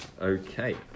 Okay